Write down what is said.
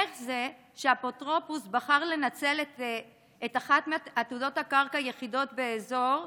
איך זה שהאפוטרופוס בחר לנצל את אחת מעתודות הקרקע היחידות באזור,